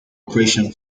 operation